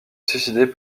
suicider